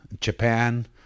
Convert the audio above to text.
japan